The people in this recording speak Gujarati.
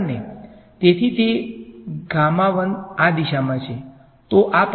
બરાબરનેતેથી તે આ દિશામાં છે